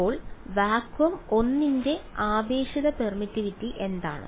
അപ്പോൾ വാക്വം 1 ന്റെ ആപേക്ഷിക പെർമിറ്റിവിറ്റി എന്താണ്